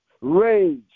rage